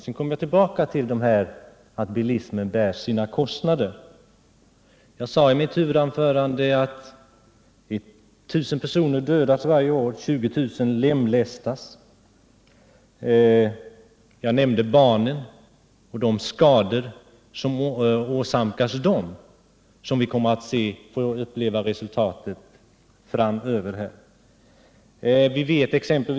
Sedan vill jag komma tillbaka till frågan om att bilismen bär sina kostnader. Jag sade i mitt huvudanförande att 1 000 personer dödas varje år och att 20 000 personer lemlästas. Jag nämnde också barnen och de skador som åsamkas dem och som vi kommer att få uppleva allt fler skrämmande resultat av framöver.